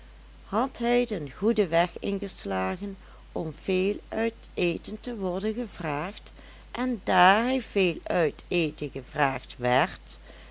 had hij den goeden weg ingeslagen om veel uit eten te worden gevraagd en daar hij veel uit eten gevraagd werd